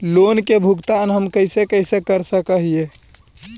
Loan के भुगतान हम कैसे कैसे कर सक हिय?